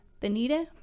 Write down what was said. Benita